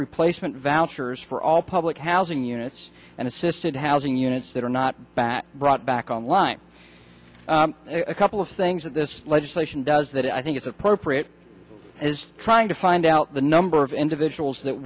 replacement vouchers for all public housing units and assisted housing units that are not back brought back on line a couple of things that this legislation does that i think is appropriate is trying to find out the number of individuals that